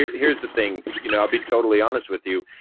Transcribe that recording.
yeah here's the thing. you know i'll be totally honest with you.